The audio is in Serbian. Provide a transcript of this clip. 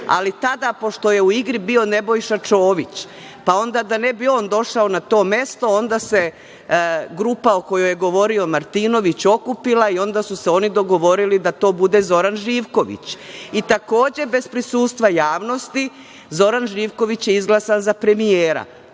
Ali, tada pošto ju u igri bio Nebojša Čović, pa onda da ne bi on došao na to mesto, onda se grupa o kojoj je govorio Martinović okupila i onda su se oni dogovorili da to bude Zoran Živković. Takođe, bez prisustva javnosti, Zoran Živković je izglasan za premijera.